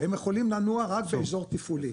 הם יכולים לנוע רק באזור תפעולי,